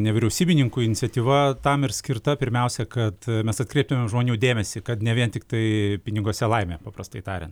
nevyriausybininkų iniciatyva tam ir skirta pirmiausia kad mes atkreiptumėm žmonių dėmesį kad ne vien tiktai piniguose laimė paprastai tariant